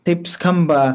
taip skamba